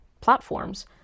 platforms